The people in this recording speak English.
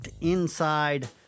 inside